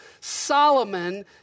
Solomon